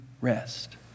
rest